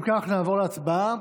אם כך, נעבור להצבעה.